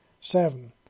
Seven